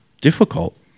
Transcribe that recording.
difficult